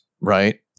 right